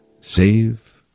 save